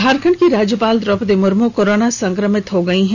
झारखंड की राज्यपाल द्रौपदी मुर्मू कोरोना संक्रमित हो गयी हैं